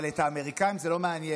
אבל את האמריקאים זה לא מעניין.